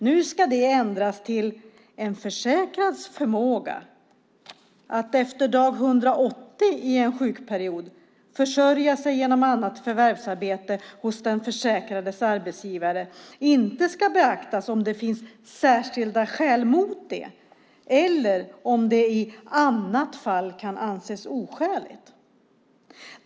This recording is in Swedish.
Nu ska det ändras till att en försäkrads förmåga att efter dag 180 i en sjukperiod försörja sig genom annat förvärvsarbete hos den försäkrades arbetsgivare inte ska beaktas om det finns särskilda skäl mot det eller om det i annat fall kan anses oskäligt.